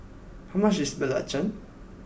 how much is Belacan